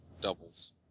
doubles